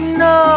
no